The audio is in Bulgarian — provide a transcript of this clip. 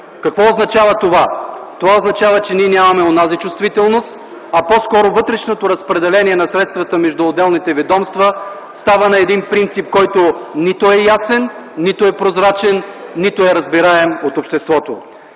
Какво означава това? Това означава, че ние нямаме онази чувствителност, а по скоро вътрешното разпределение на средствата между отделните ведомства става на един принцип, който нито е ясен, нито е прозрачен, нито е разбираем от обществото.